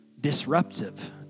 disruptive